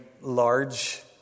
large